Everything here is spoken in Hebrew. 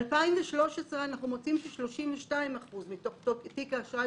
ב-2013 אנחנו מוצאים ש-32% מתוך תיק האשראי